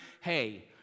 hey